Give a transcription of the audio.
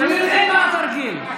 אתם יודעים מה התרגיל?